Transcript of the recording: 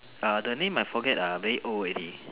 ah the name I forget ah very old already